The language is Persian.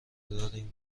داریم